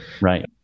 Right